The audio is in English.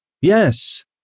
Yes